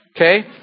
Okay